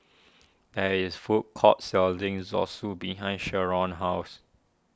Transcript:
there is food court selling Zosui behind Sheron's house